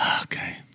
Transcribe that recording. Okay